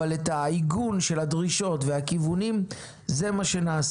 אבל את העיגון של הדרישות והכיוונים, זה מה שנעשה.